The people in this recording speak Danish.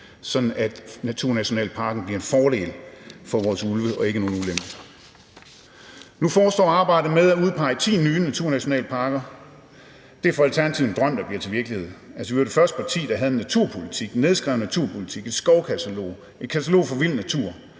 at naturnationalparken bliver en fordel for vores ulve og ikke nogen ulempe. Nu forestår arbejdet med at udpege 10 nye naturnationalparker, og det er for Alternativet en drøm, der bliver til virkelighed. Vi var det første parti, der havde en nedskrevet naturpolitik, et skovkatalog, et katalog for vild natur,